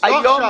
לא עכשיו.